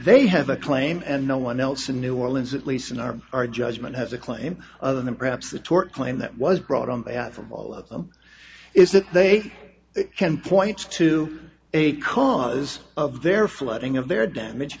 they have a claim and no one else in new orleans at least in our our judgment has a claim other than perhaps the tort claim that was brought on behalf of all of them is that they can point to a cause of their flooding of their damage